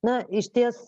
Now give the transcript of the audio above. na išties